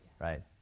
right